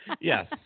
Yes